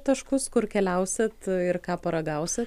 taškus kur keliausit ir ką paragausit